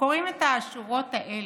כשקוראים את השורות האלה,